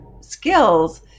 skills